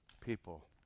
people